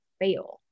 fail